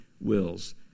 wills